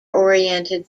oriented